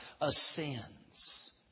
ascends